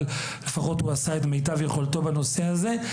אבל לפחות הוא עשה כמיטב יכולתו בנושא הזה.